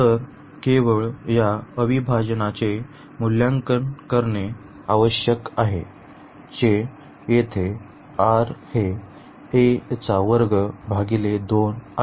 तर केवळ या अविभाजणाचे मूल्यांकन करणे आवश्यक आहे जे येथे r हे आहे